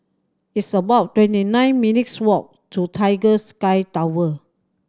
it's about twenty nine minutes' walk to Tiger Sky Tower